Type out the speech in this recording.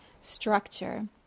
structure